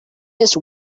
this